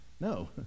No